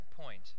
point